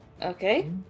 Okay